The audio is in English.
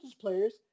players